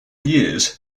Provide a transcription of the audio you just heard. years